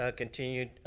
ah continue